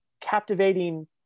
captivating